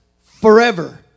forever